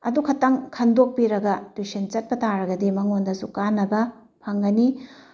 ꯑꯗꯨ ꯈꯛꯇꯪ ꯈꯟꯗꯣꯛꯄꯤꯔꯒ ꯇ꯭ꯋꯤꯁꯟ ꯆꯠꯄ ꯇꯥꯔꯒꯗꯤ ꯃꯥꯉꯣꯟꯗꯁꯨ ꯀꯥꯟꯅꯕ ꯐꯪꯒꯅꯤ